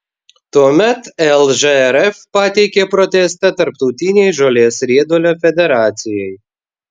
tuomet lžrf pateikė protestą tarptautinei žolės riedulio federacijai